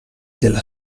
della